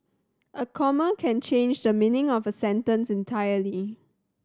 a comma can change the meaning of a sentence entirely